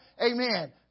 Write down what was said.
amen